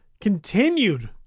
continued